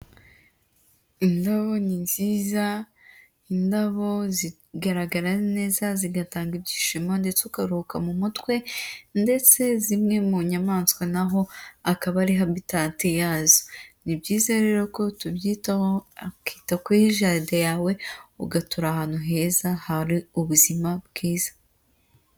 Indabo ni nziza indabo zigaragara neza zigatanga ibyishimo ndetse ukaruhuka mu mutwe ndetse zimwe mu nyamaswa naho akaba ari habitate yazo, ni byiza rero ko tubyitaho ukita kuri jaride yawe ugatura ahantu heza hari ubuzima bwiza.